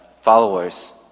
followers